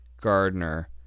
Gardner